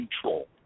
control